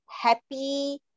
happy